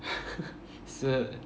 是